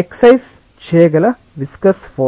express చేయగల viscous force